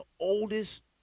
oldest